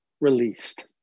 released